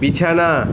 বিছানা